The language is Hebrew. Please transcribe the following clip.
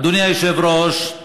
אדוני היושב-ראש,